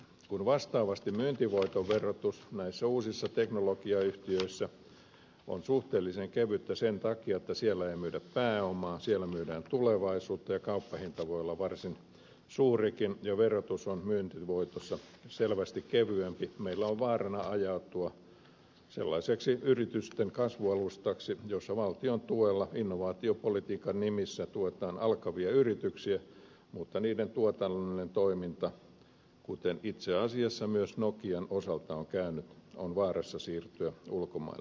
kun vastaavasti myyntivoiton verotus näissä uusissa teknologiayhtiöissä on suhteellisen kevyttä sen takia että siellä ei myydä pääomaa siellä myydään tulevaisuutta ja kauppahinta voi olla varsin suurikin ja verotus on myyntivoitossa selvästi kevyempi meillä on vaarana ajautua sellaiseksi yritysten kasvualustaksi jossa valtion tuella innovaatiopolitiikan nimissä tuetaan alkavia yrityksiä mutta niiden tuotannollinen toiminta kuten itse asiassa myös nokian osalta on käynyt on vaarassa siirtyä ulkomaille